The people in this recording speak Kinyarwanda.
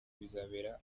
bizabera